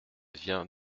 viens